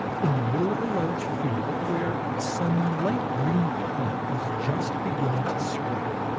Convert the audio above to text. in the middle of a large field, where some light green plant was just beginning to sprout,